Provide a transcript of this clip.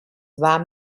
war